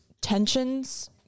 tensions